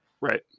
Right